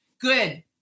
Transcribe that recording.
good